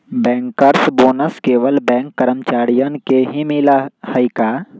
Bankers bonus केवल bank कर्मचारियन के ही मिला हई का?